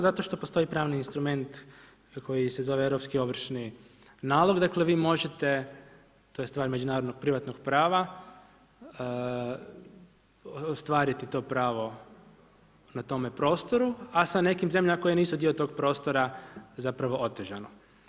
Zato što postoji pravni instrument koji se zove Europski ovršni nalog, dakle vi možete, to je stvar međunarodnog privatnog prava ostvariti to pravo na tome prostoru, a sa nekim zemljama koje nisu dio tog prostora otežano.